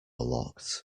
locked